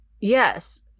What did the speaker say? Yes